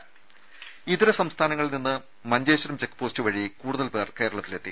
രുദ ഇതരസംസ്ഥാനങ്ങളിൽനിന്ന് മഞ്ചേശ്വരം ചെക്ക്പോസ്റ്റ് വഴി കൂടുതൽപേർ കേരളത്തിലെത്തി